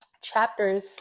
chapters